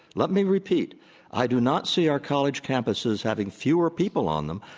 let me repeat i do not see our college campuses having fewer people on them,